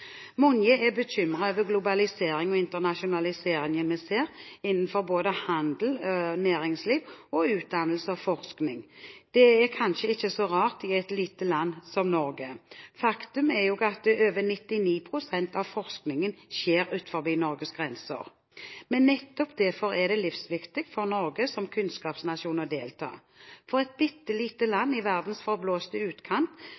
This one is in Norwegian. er bekymret over globaliseringen og internasjonaliseringen vi ser innenfor både handel/næringsliv og utdannelse/forskning. Det er kanskje ikke så rart i et lite land som Norge. Faktum er jo at over 99 pst. av forskningen skjer utenfor Norges grenser, men nettopp derfor er det livsviktig for Norge som kunnskapsnasjon å delta. For et bitte lite land i verdens forblåste utkant